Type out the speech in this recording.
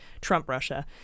Trump-Russia